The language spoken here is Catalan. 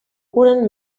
curen